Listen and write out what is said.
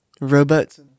Robots